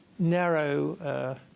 narrow